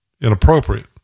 inappropriate